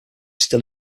still